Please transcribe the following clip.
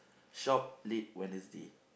shop late Wednesday